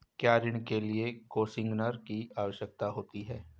क्या ऋण के लिए कोसिग्नर की आवश्यकता होती है?